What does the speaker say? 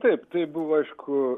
taip tai buvo aišku